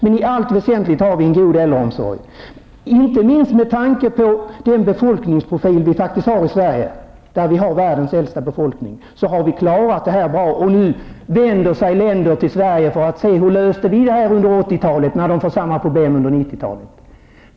Men i allt väsentligt har vi en god äldreomsorg. Inte minst med tanke på den befolkningsprofil som vi har i Sverige, med världens äldsta befolkning, har vi klarat detta bra. Nu vänder sig många länder till Sverige för se hur vi löste de problem under 80-talet som de kommer att drabbas av under 90-talet.